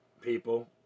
people